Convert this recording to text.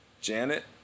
Janet